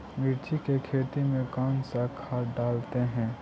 मिर्ची के खेत में कौन सा खाद डालते हैं?